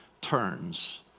turns